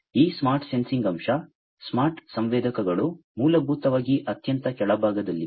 ಈ smart sensing ಅಂಶ smart ಸಂವೇದಕಗಳು ಮೂಲಭೂತವಾಗಿ ಅತ್ಯಂತ ಕೆಳಭಾಗದಲ್ಲಿವೆ